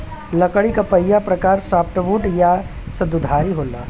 लकड़ी क पहिला प्रकार सॉफ्टवुड या सकुधारी होला